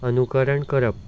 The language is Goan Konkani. अनुकरण करप